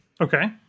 Okay